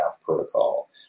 protocol